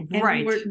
right